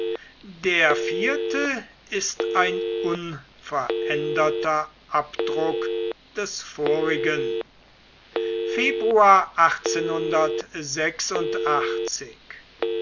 der vierte ist ein unveränderter abdruck des vorigen